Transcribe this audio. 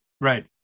Right